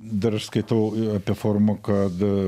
dar aš skaitau apie forumą kad